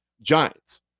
Giants